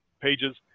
pages